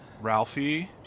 Ralphie